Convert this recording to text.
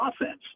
offense